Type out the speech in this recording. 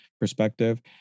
perspective